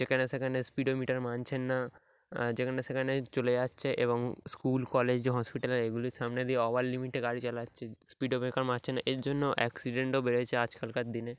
যেখানে সেখানে speedometer মানছেন না যেখানে সেখানে চলে যাচ্ছে এবং স্কুল কলেজ যে হসপিটাল এগুলির সামনে দিয়ে ওভার লিমিটে গাড়ি চালাচ্ছে স্পিড ব্রেকার মানছে না এর জন্য অ্যাক্সিডেন্টও বেড়েছে আজকালকার দিনে